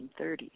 1930s